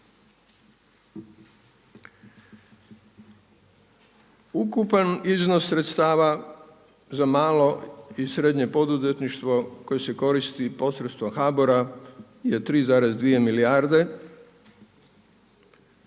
Ukupan iznos sredstava za malo i srednje poduzetništvo koje se koristi podsredstvom HBOR-a je 3,2 milijarde